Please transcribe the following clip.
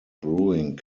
brewing